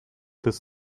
this